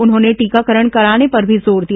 उन्होंने टीकाकरण कराने पर भी जोर दिया